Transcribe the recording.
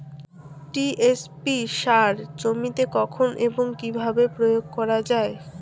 TSP সার জমিতে কখন এবং কিভাবে প্রয়োগ করা য়ায়?